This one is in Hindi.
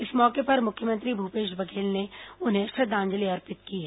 इस मौके पर मुख्यमंत्री भूपेश बघेल ने उन्हें श्रद्धांजलि अर्पित की है